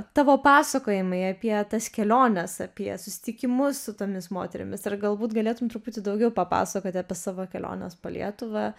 tavo pasakojimai apie tas keliones apie susitikimus su tomis moterimis ir galbūt galėtum truputį daugiau papasakoti apie savo keliones po lietuvą